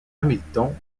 hamilton